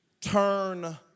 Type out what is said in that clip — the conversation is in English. Turn